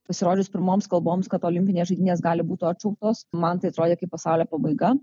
pasirodžius pirmoms kalboms kad olimpinės žaidynės gali būt atšauktos man tai atrodė kaip pasaulio pabaiga